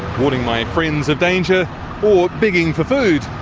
warning my friends of danger or begging for food,